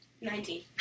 Nineteen